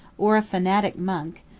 or a fanatic monk,